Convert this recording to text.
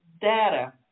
data